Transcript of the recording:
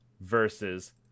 versus